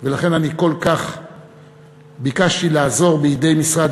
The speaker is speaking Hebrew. ולכן אני כל כך ביקשתי לעזור בידי משרד